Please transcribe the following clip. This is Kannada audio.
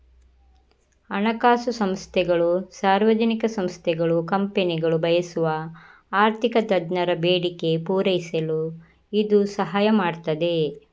ಹಣಕಾಸು ಸಂಸ್ಥೆಗಳು, ಸಾರ್ವಜನಿಕ ಸಂಸ್ಥೆಗಳು, ಕಂಪನಿಗಳು ಬಯಸುವ ಆರ್ಥಿಕ ತಜ್ಞರ ಬೇಡಿಕೆ ಪೂರೈಸಲು ಇದು ಸಹಾಯ ಮಾಡ್ತದೆ